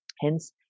Hence